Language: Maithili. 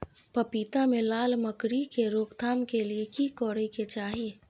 पपीता मे लाल मकरी के रोक थाम के लिये की करै के चाही?